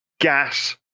gas